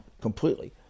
completely